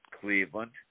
Cleveland